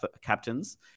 captains